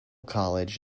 college